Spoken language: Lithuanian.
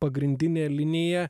pagrindinė linija